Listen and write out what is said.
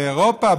באירופה,